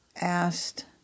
asked